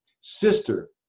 sister